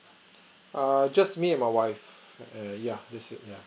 err just me and my wife err yeah that's it yeah